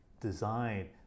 design